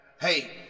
Hey